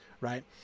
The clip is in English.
right